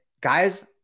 guys